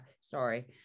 sorry